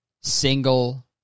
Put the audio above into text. single